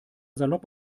salopp